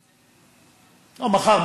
מחר,